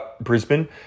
Brisbane